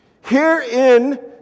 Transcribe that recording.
Herein